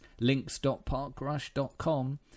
links.parkrush.com